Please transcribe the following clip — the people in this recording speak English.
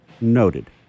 Noted